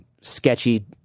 sketchy